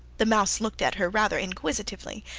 the mouse looked at her rather inquisitively,